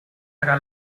tra